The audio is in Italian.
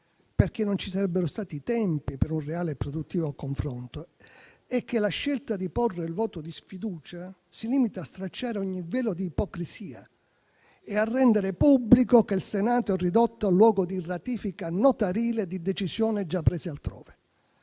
perché non ci sarebbero stati i tempi per un reale e produttivo confronto, e che la scelta di porre il voto di sfiducia si limita a stracciare ogni velo di ipocrisia e a rendere pubblico che il Senato è ridotto a luogo di ratifica notarile di decisioni già prese altrove.